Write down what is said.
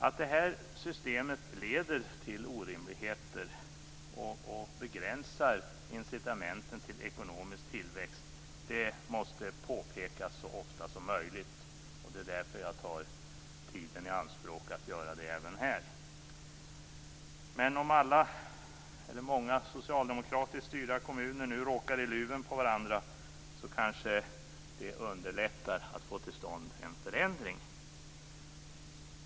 Att det här systemet leder till orimligheter och begränsar incitamenten till ekonomisk tillväxt måste påpekas så ofta som möjligt. Det är därför jag tar tiden i anspråk att göra det även här. Men om många socialdemokratiskt styrda kommuner nu råkar i luven på varandra kanske det underlättar att få till stånd en förändring.